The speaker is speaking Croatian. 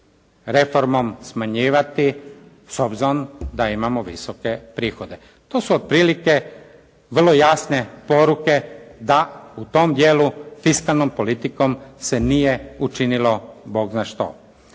reformom smanjivati s obzirom da imamo visoke prihode. To su otprilike vrlo jasne poruke da u tom dijelu fiskalnom politikom se nije učinilo Bog zna što.